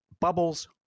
bubbles